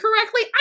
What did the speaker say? correctly